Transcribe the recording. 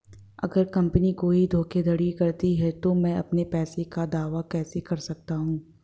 अगर कंपनी कोई धोखाधड़ी करती है तो मैं अपने पैसे का दावा कैसे कर सकता हूं?